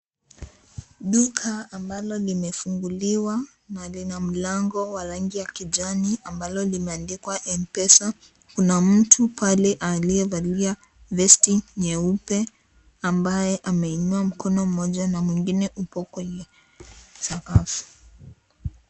Duka ambalo limefunguliwa na lina mlango wa rangi ya kijani ambalo limeandikwa Mpesa, kuna mtu pale aliyevalia vesti nyeupe ambaye ameinua mkono mmoja na mwingine upo kwenye sakafu.